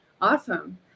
Awesome